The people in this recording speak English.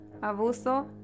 abuso